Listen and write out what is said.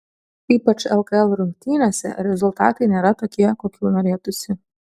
ypač lkl rungtynėse rezultatai nėra tokie kokių norėtųsi